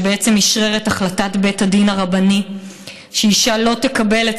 שאשרר את החלטת בית הדין הרבני שאישה לא תקבל את